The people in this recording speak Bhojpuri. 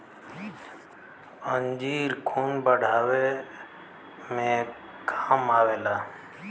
अंजीर खून बढ़ावे मे काम आवेला